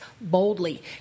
boldly